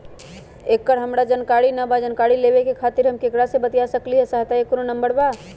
एकर हमरा जानकारी न बा जानकारी लेवे के खातिर हम केकरा से बातिया सकली ह सहायता के कोनो नंबर बा?